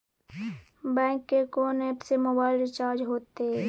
Bank के कोन app से मोबाइल रिचार्ज हेते?